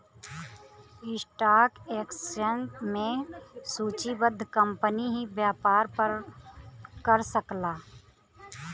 stock exchange में सूचीबद्ध company ही व्यापार कर सकला